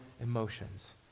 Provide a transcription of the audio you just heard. emotions